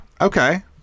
okay